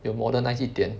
有 modernise 一点